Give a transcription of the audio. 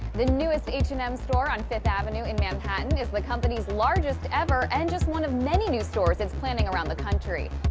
the newest h and m store on fifth avenue in manhattan is the company's largest ever and just one of many new stores it's planning around the country.